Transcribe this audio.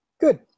Good